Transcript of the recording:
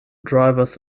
drivers